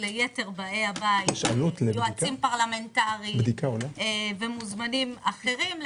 ליתר באי הבית יועצים פרלמנטריים ומוזמנים אחרים,